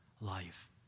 life